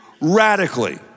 radically